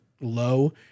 low